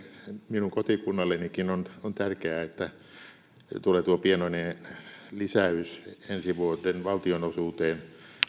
minun kotikunnallenikin on on tärkeää että tulee tuo pienoinen lisäys ensi vuoden valtionosuuteen